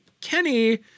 Kenny